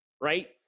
right